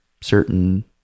certain